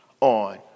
on